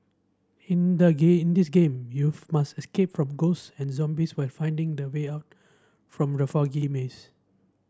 in the game in this game you must escape from ghosts and zombies while finding the way out from the foggy maze